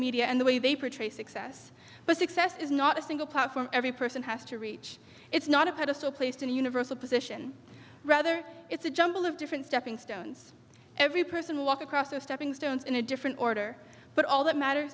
media and the way they portray success but success is not a single platform every person has to reach it's not a pedestal placed in the universe of position rather it's a jumble of different stepping stones every person walk across the stepping stones in a different order but all that matter